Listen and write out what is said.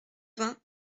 vingt